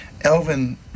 Elvin